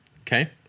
Okay